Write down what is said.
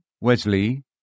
Wesley